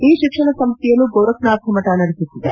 ಈ ಶಿಕ್ಷಣ ಸಂಸ್ಥೆಯನ್ನು ಗೋರಖ್ನಾಥ ಮಠ ನಡೆಸುತ್ತಿದೆ